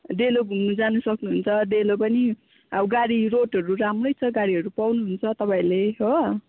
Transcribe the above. डेलो घुम्नु जानु सक्नुहुन्छ डेलो पनि अब गाडी रोडहरू राम्रै छ गाडीहरू पाउनुहुन्छ तपाईँहरूले हो